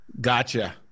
Gotcha